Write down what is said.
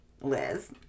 Liz